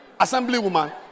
Assemblywoman